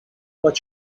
but